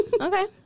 Okay